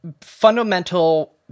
fundamental